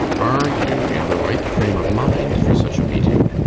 are you in the right frame of mind for such a meeting!